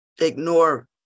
ignore